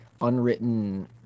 unwritten